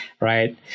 right